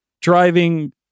driving